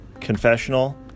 Confessional